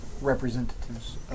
representatives